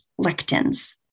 lectins